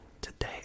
today